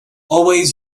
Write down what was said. always